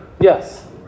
Yes